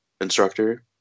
instructor